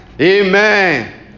Amen